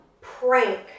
prank